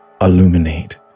illuminate